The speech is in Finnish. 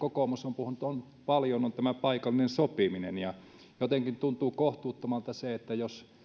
kokoomus ovat puhuneet paljon on tämä paikallinen sopiminen jotenkin tuntuu kohtuuttomalta se että jos